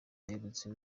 aherutse